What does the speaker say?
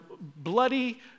bloody